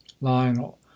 lionel